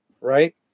right